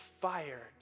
fire